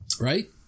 Right